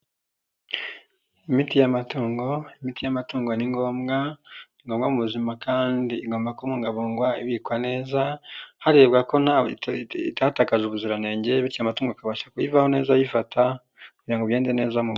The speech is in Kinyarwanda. Imiti y'amatungo. Imiti y'amatungo ni ngombwa mu buzima kandi igomba kubungabungwa ibikwa neza, harebwa ko itatakaje ubuziranenge bityo amatungo akabasha kubaho neza ayifata kugira ngo bigende neza mu mubiri.